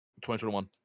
2021